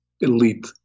elite